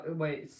wait